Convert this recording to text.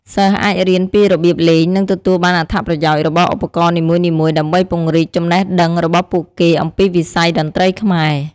សិស្សអាចរៀនពីរបៀបលេង និងទទួលបានអត្ថប្រយោជន៍របស់ឧបករណ៍នីមួយៗដើម្បីពង្រីកចំណេះដឹងរបស់ពួកគេអំពីវិស័យតន្ត្រីខ្មែរ។